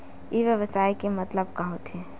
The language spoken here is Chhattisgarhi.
ई व्यवसाय के मतलब का होथे?